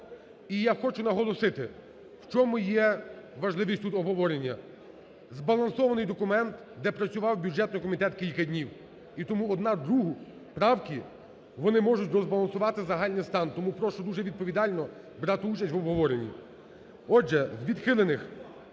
і я хочу наголосити, в чому є важливість тут обговорення? Збалансований документ, де працював бюджетний комітет кілька днів, і тому одна другу правки вони можуть розбалансувати загальний стан, тому прошу дуже відповідально брати участь в обговоренні.